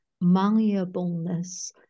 malleableness